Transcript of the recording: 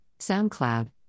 SoundCloud